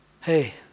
Hey